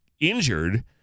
injured